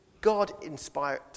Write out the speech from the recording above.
God-inspired